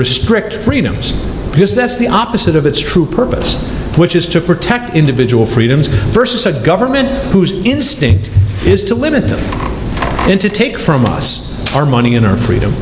restrict freedoms because that's the opposite of its true purpose which is to protect individual freedoms first a government whose instinct is to limit him to take from us our money in our freedom